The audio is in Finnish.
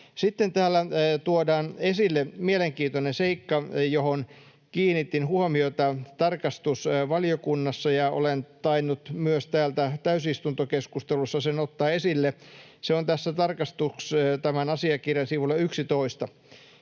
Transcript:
sanon. Täällä tuodaan esille mielenkiintoinen seikka, johon kiinnitin huomiota tarkastusvaliokunnassa ja olen tainnut myös täällä täysistuntokeskustelussa sen ottaa esille. Se on tämän asiakirjan sivulla 11.